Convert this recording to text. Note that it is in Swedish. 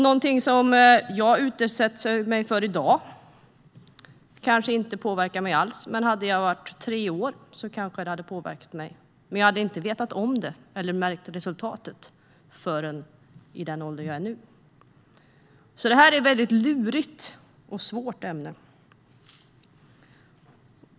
Någonting som jag utsätter mig för i dag kanske inte påverkar mig alls, men om jag hade varit tre år gammal hade det kanske påverkat mig. Men jag hade inte vetat om det eller märkt resultatet förrän i den ålder jag är nu. Det här är ett lurigt och svårt ämne.